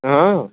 ହଁ ହଁ